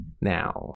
now